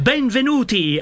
Benvenuti